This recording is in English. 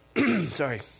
sorry